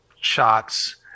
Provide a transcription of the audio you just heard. shots